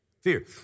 fear